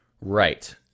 Right